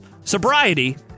sobriety